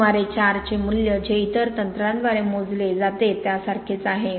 सुमारे 4 चे मूल्य जे इतर तंत्रांद्वारे मोजले जाते त्यासारखेच आहे